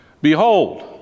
Behold